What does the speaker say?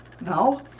No